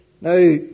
Now